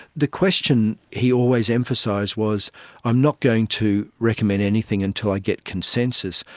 the question he always emphasised was i'm not going to recommend anything until i get consensus.